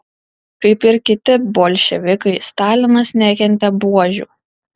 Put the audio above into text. kaip ir kiti bolševikai stalinas nekentė buožių